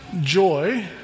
Joy